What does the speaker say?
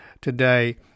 today